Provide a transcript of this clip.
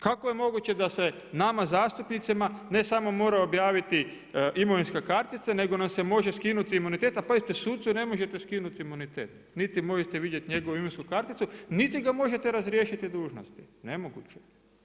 Kako je moguće da se nama zastupnicima ne samo mora objaviti imovinska kartica, nego nam se može skinuti imunitet, a pazite sucu ne možete skinuti imunitet niti možete vidjeti njegovu imovinsku karticu niti ga možete razriješiti dužnosti, nemoguće.